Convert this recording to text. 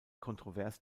kontrovers